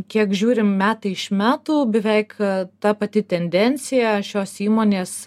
kiek žiūrim metai iš metų beveik ta pati tendencija šios įmonės